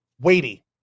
weighty